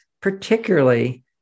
particularly